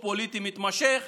פרופ' גמזו